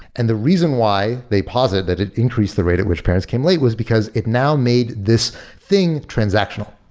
and the reason why they posit that it increased the rate at which parents came late was because it now made this thing transactional.